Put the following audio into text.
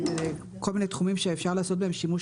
בכל מיני תחומים שאפשר לעשות בהם שימוש